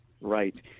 right